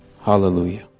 Hallelujah